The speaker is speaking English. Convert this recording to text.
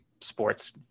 sports